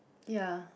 ya